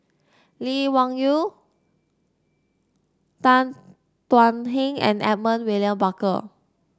Lee Wung Yew Tan Thuan Heng and Edmund William Barker